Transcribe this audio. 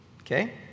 okay